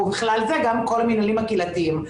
ובכלל זה גם כל המינהלים הקהילתיים.